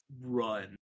run